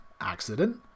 accident